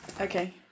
Okay